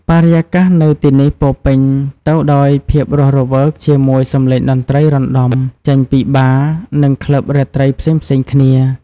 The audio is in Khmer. បរិយាកាសនៅទីនេះពោរពេញទៅដោយភាពរស់រវើក ជាមួយ សំឡេងតន្ត្រីរណ្ដំ ចេញពីបារ និងក្លឹបរាត្រីផ្សេងៗគ្នា។